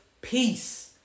peace